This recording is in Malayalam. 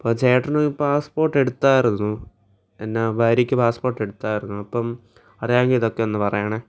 അപ്പം ചേട്ടന് പാസ്സ് പോർട്ടെടുത്തായിരുന്നോ എന്നാൽ ഭാര്യക്ക് പാസ്സ് പോർട്ടെടുത്തായിരുന്നോ അപ്പം അതായത് ഇതൊക്കെയൊന്നു പറയണേ